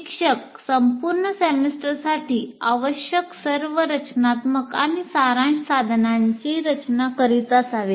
शिक्षक संपूर्ण सेमेस्टरसाठी आवश्यक सर्व रचनात्मक आणि सारांश साधनांची रचना करीत असावेत